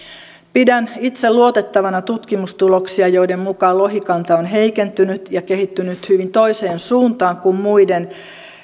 pidän itse luotettavina tutkimustuloksia joiden mukaan lohikanta on heikentynyt ja kehittynyt hyvin toiseen suuntaan kuin muiden